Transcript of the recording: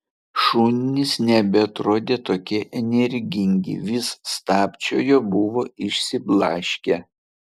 šunys nebeatrodė tokie energingi vis stabčiojo buvo išsiblaškę